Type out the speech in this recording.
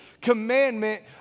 commandment